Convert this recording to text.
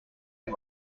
and